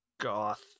goth